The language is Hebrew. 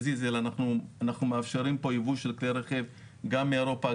is אלא אנחנו מאפשרים פה ייבוא של כלי רכב גם מאירופה,